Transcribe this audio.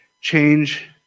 change